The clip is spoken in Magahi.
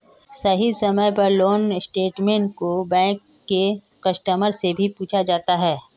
सही समय पर लोन स्टेटमेन्ट को बैंक के कस्टमर से भी पूछा जाता है